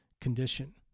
condition